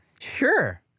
sure